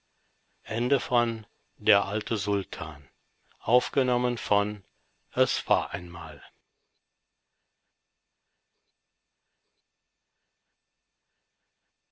es war ein